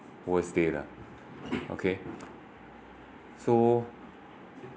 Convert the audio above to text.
worst day lah okay so